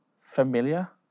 familiar